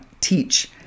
teach